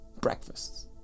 breakfast